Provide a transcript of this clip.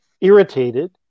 irritated